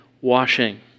washing